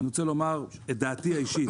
אני רוצה לומר את דעתי האישית.